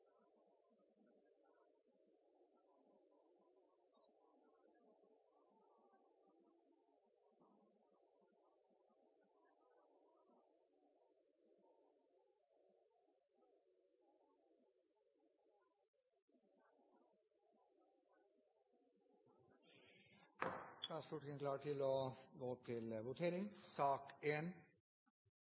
i sak nr. 2 er avsluttet. Da er Stortinget klart til å gå til votering.